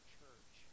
church